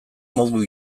modu